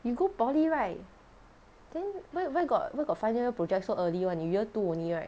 you go poly right then why why got why got final year project so early [one] you year two only right